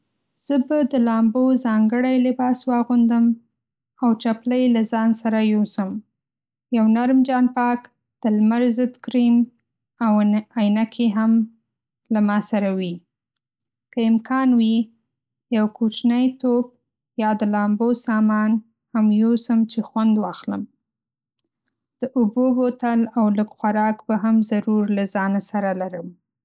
زه به د لامبو ځانګړی لباس واغوندم او چپلۍ له ځان سره یوسم. یو نرم جانپاک، دلمر ضد کریم، او عینکې هم له ما سره وي. که امکان وي، یو کوچنی توپ یا د لامبو سامان هم یوسم چې خوند واخلم. د اوبو بوتل او لږ خوراک به هم ضرور له ځانه سره لرم.